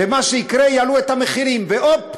מה שיקרה, יעלו את המחירים, והופ,